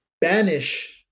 banish